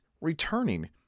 returning